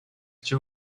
two